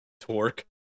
Torque